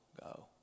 go